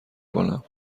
کنم